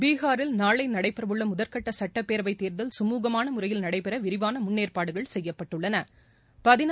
பீகாரில் நாளை நடைபெறவுள்ள முதற்கட்ட சட்டப்பேரவைத் தேர்தல் குமூகமான முறையில் நடைபெற விரிவான முன்னேற்பாடுகள் செய்யப்பட்டுள்ளன